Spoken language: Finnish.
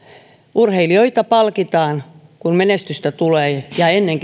urheilijoita palkitaan kun menestystä tulee ja ennen